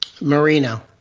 Marino